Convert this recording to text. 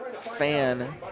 fan